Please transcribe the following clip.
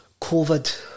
COVID